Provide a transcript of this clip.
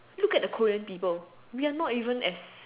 look at the Korean people we are not even as